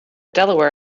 delaware